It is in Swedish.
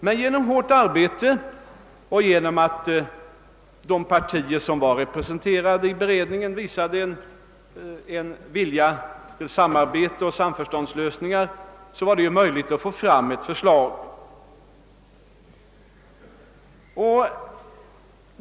Men genom hårt arbete och tack vare att de partier som var representerade i beredningen visade en vilja till samarbete och samförståndslösningar blev det möjligt att framlägga förslag i frågan.